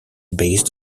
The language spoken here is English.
based